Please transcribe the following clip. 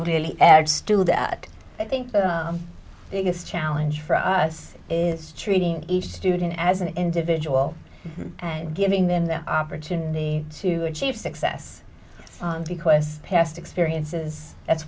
really add still that i think the biggest challenge for us is treating each student as an individual and giving them their opportunity to achieve success because past experiences that's